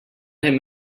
him